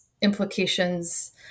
implications